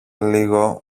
λίγο